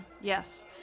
Yes